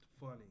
funny